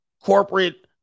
corporate